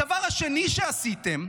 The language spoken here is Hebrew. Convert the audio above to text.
הדבר השני שעשיתם,